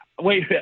Wait